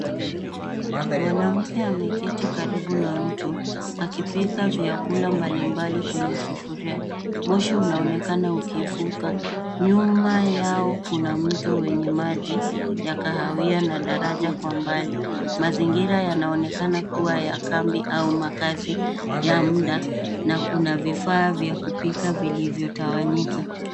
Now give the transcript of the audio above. Mwanamke ameketi karibu na mtu akipika vyakula mbalimbali kwenye sufuria. Moshi unaonekana ukivuka. Nyuma yao kuna mto wenye maji ya kahawia na daraja kwa mbali. Mazingira yanaonekana kuwa ya kambi au makazi ya muda na kuna vifaa vya kupika vilivyotawanyika.